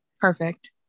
Perfect